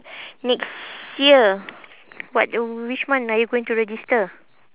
next year what which month are you going to register